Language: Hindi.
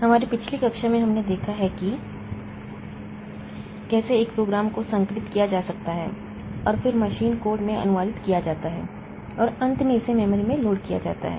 हमारी पिछली कक्षा में हमने देखा है कि कैसे एक प्रोग्राम को संकलित किया जा सकता है और फिर मशीन कोड में अनुवादित किया जाता है और अंत में इसे मेमोरी में लोड किया जाता है